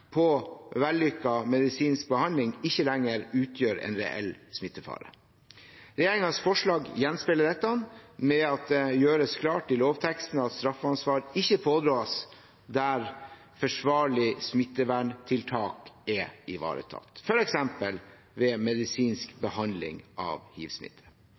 med vellykket medisinsk behandling ikke lenger utgjør en reell smittefare. Regjeringens forslag gjenspeiler dette ved at det gjøres klart i lovteksten at straffansvar ikke pådras der forsvarlig smitteverntiltak er ivaretatt, f.eks. ved medisinsk behandling av